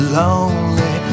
lonely